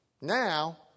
Now